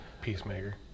Peacemaker